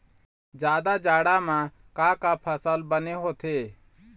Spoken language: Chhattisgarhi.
जादा जाड़ा म का का फसल बने होथे?